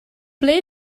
ble